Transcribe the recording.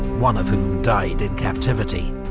one of whom died in captivity.